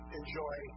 enjoy